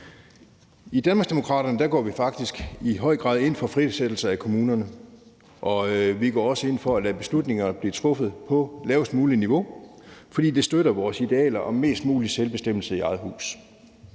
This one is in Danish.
I Danmarksdemokraterne går vi faktisk i høj grad ind for frisættelse af kommunerne, og vi går også ind for at lade beslutninger blive truffet på lavest mulige niveau, fordi det støtter vores idealer om mest mulig selvbestemmelse i eget hus.